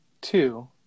two